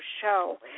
show